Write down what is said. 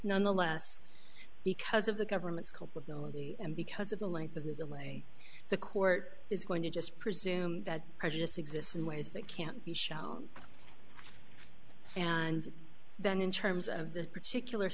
nonetheless because of the government's culpability and because of the length of the delay the court is going to just presume that precious exists in ways that can't be shown and then in terms of the particular